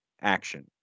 action